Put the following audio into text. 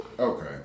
Okay